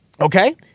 Okay